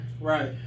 right